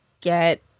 get